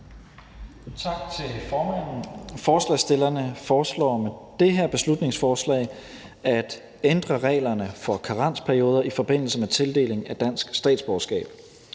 Tak til formanden. Forslagsstillerne foreslår med det her beslutningsforslag at ændre reglerne for karensperioder i forbindelse med tildeling af dansk statsborgerskab.